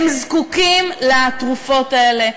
הם זקוקים לתרופות האלה,